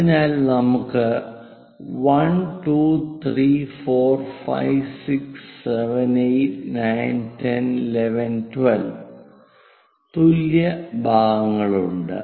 അതിനാൽ നമുക്ക് 1 2 3 4 5 6 7 8 9 10 11 12 തുല്യ ഭാഗങ്ങളുണ്ട്